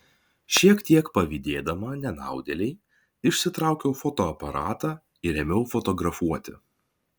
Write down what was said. šiek tiek pavydėdama nenaudėlei išsitraukiau fotoaparatą ir ėmiau fotografuoti